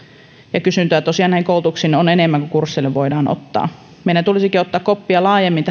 ja kysyntää tosiaan näille koulutuksille on enemmän kuin kursseille voidaan ottaa meidän tulisikin ottaa koppia laajemmin